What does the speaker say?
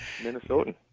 Minnesotan